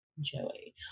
joey